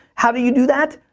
how do you do that?